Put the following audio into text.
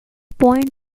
point